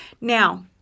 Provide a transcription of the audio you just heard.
Now